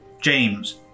James